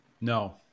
No